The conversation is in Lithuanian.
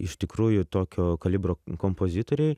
iš tikrųjų tokio kalibro kompozitoriai